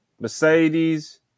Mercedes